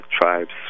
tribes